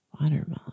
Watermelon